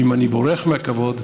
ואם אני בורח מהכבוד,